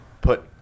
put